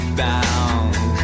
bound